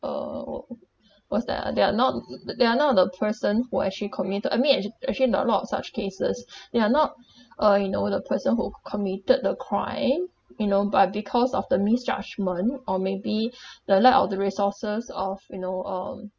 uh what's that ah they are not they are not the person who actually committed I mean act~ actually not a lot of such cases they are not uh you know the person who c~ committed the crime you know but because of the misjudgement or maybe the lack of the resources of you know um